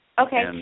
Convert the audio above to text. Okay